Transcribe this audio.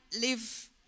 live